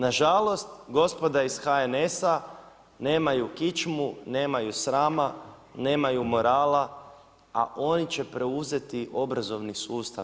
Nažalost, gospoda iz HNS-a nemaju kičmu, nemaju srama, nemaju morala, a oni će preuzeti obrazovni sustav.